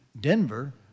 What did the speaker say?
Denver